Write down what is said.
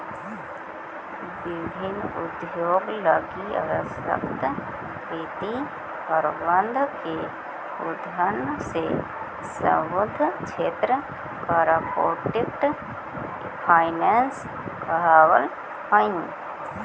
विभिन्न उद्योग लगी आवश्यक वित्तीय प्रबंधन के अध्ययन से संबद्ध क्षेत्र कॉरपोरेट फाइनेंस कहलावऽ हइ